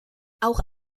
auch